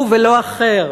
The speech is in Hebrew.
הוא ולא אחר.